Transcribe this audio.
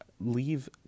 leave